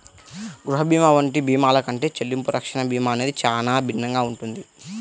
గృహ భీమా వంటి భీమాల కంటే చెల్లింపు రక్షణ భీమా అనేది చానా భిన్నంగా ఉంటది